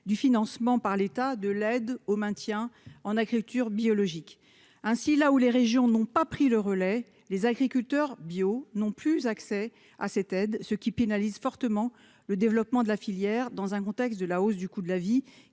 du financement par l'état de l'aide au maintien en agriculture biologique ainsi la ou les régions n'ont pas pris le relais, les agriculteurs bio n'ont plus accès à cette aide, ce qui pénalise fortement le développement de la filière, dans un contexte de la hausse du coût de la vie